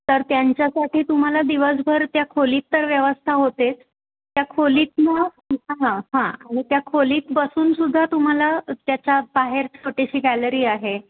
तर त्यांच्यासाठी तुम्हाला दिवसभर त्या खोलीत तर व्यवस्था होतेच त्या खोलीतला हां हां हां आणि त्या खोलीत बसून सुद्धा तुम्हाला त्याच्या बाहेर छोटीशी गॅलरी आहे